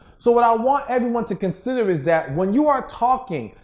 so, what i want everyone to consider is that when you are talking.